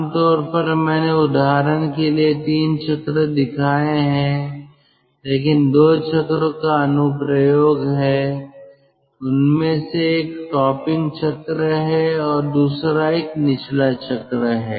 आम तौर पर मैंने उदाहरण के लिए तीन चक्र दिखाए हैं लेकिन दो चक्रों का अनुप्रयोग है उनमें से एक टॉपिंग चक्र है और दूसरा एक निचला चक्र है